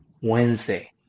Wednesday